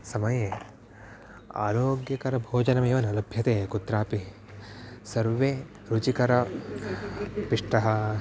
समये आरोग्यकरभोजनमेव न लभ्यते कुत्रापि सर्वं रुचिकरं पिष्टम्